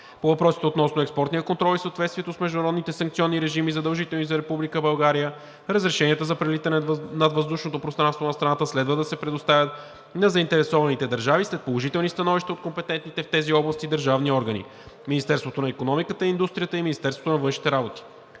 По въпросите относно експортния контрол и съответствието с международните санкционни режими, задължителни за Република България, разрешенията за прелитане над въздушното пространство на страната следва да се предоставят на заинтересованите държави след положителни становища от компетентните в тези области държавни органи – Министерството на икономиката и индустрията и Министерството на външните работи.